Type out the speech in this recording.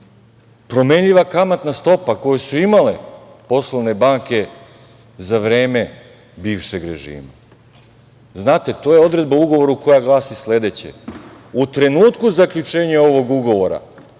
promenljiva kamatna stopa koju su imale poslovne banke za vreme bivšeg režima? Znate, to je odredba u ugovoru koja glasi sledeće: u trenutku zaključenja ovog ugovora